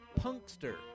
Punkster